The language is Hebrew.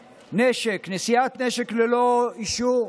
נשק, נשיאת נשק ללא אישור,